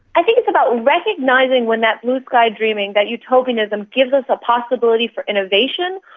i think it's about recognising when that blue sky dreaming, that utopianism, gives us a possibility for innovation,